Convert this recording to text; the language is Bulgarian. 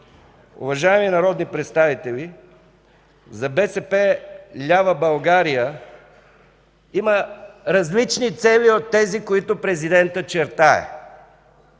Уважаеми народни представители, за БСП лява България има различни цели от тези, които президентът чертае.